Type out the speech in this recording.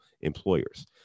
employers